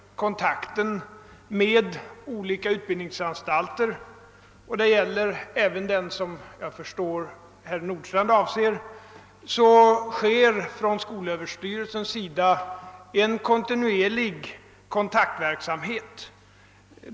Med olika utbildningsanstalter upprätthålles — och det gäller också den som herr Nordstrandh här avser — från skolöverstyrelsens sida en kontinuerlig kontaktverksamhet.